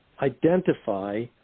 identify